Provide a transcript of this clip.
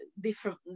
different